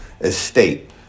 estate